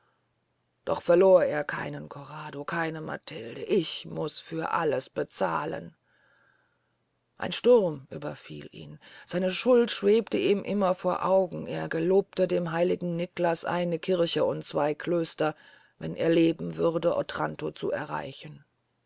doch verlor er keinen corrado keine matilde ich muß für alles bezahlen ein sturm überfiel ihn seine schuld schwebt ihm immer vor augen er gelobte dem heiligen niklas eine kirche und zwey klöster wenn er leben würde otranto zu erreichen